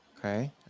Okay